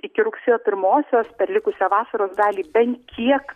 iki rugsėjo pirmosios per likusią vasaros dalį bent kiek